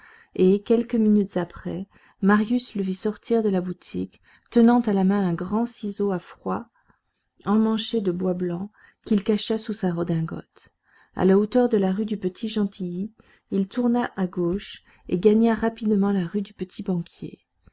et quelques minutes après marius le vit sortir de la boutique tenant à la main un grand ciseau à froid emmanché de bois blanc qu'il cacha sous sa redingote à la hauteur de la rue du petit gentilly il tourna à gauche et gagna rapidement la rue du